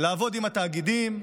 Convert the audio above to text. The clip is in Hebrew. לעבוד עם התאגידים,